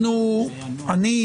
אני,